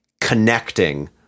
connecting